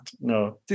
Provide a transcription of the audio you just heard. no